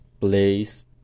place